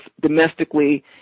domestically